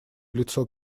лицо